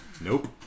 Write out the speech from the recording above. Nope